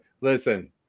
listen